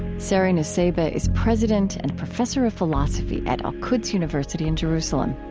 sari nusseibeh is president and professor of philosophy at al-quds university in jerusalem.